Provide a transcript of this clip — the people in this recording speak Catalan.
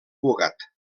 cugat